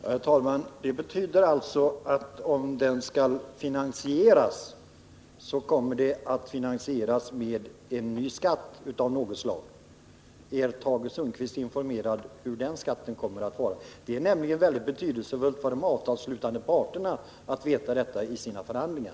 Herr talman! Det betyder att om skattesänkningen skall finansieras, så kommer den att finansieras med en ny skatt av något slag. Är Tage Sundkvist informerad om hur den skatten kommer att vara utformad? Det är nämligen betydelsefullt för de avtalsslutande parterna att veta detta i sina förhandlingar.